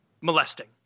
Molesting